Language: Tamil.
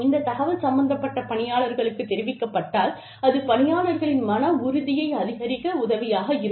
இந்த தகவல் சம்பந்தப்பட்ட பணியாளர்களுக்கு தெரிவிக்கப்பட்டால் அது பணியாளர்களின் மன உறுதியை அதிகரிக்க உதவியாக இருக்கும்